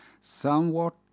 Somewhat